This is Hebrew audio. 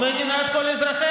מדינת כל אזרחיה,